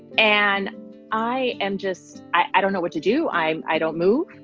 and i am just i don't know what to do. i i don't move.